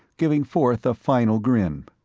giving forth a final grin.